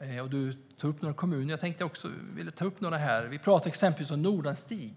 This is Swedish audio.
Näringsministern nämnde några kommuner. Jag tänkte också ta upp några här. Vi pratar om exempelvis om Nordanstig.